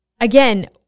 again